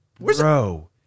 Bro